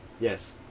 yes